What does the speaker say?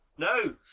No